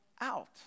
out